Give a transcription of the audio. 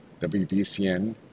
WBCN